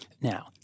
Now